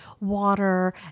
water